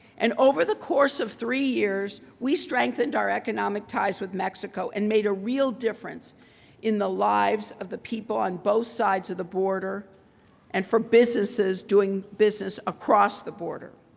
and over the course of three years, we strengthened our economic ties with mexico and made a real difference in the lives of the people on both sides of the border and for businesses doing business across the border.